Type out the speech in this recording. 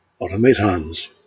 automatons